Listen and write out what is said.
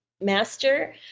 master